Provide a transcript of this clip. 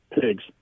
Pigs